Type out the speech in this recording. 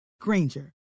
Granger